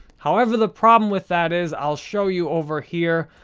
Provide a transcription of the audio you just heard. however, the problem with that is, i'll show you over here.